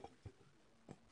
הזמנית.